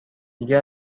دیگه